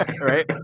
right